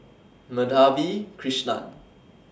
Madhavi Krishnan